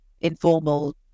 informal